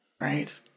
Right